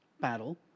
battle